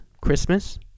Christmas